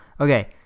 okay